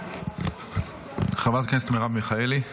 חברת הכנסת מרב מיכאלי.